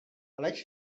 leč